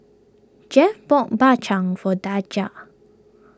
Jeff bought Bak Chang for Daija